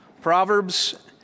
Proverbs